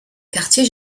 quartier